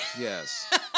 yes